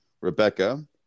Rebecca